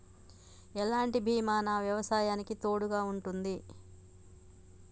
ఎలాంటి బీమా నా వ్యవసాయానికి తోడుగా ఉంటుంది?